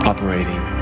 operating